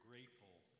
grateful